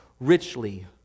richly